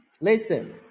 Listen